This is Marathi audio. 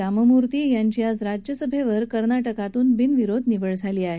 राममूर्ती यांची आज राज्यसभेवर कर्नाटकातून बिनविरोध निवड झाली आहे